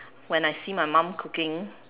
when I see my mum cooking